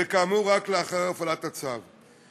וכאמור, רק לאחר הפעלת הצו.